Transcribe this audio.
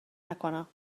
نکنم